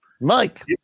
mike